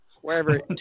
Wherever